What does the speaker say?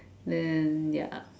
then ya